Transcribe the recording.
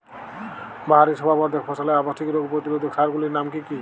বাহারী শোভাবর্ধক ফসলের আবশ্যিক রোগ প্রতিরোধক সার গুলির নাম কি কি?